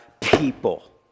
people